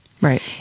right